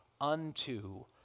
unto